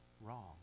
wrong